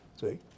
see